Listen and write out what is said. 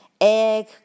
egg